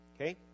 Okay